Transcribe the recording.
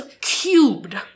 cubed